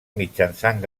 mitjançant